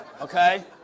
Okay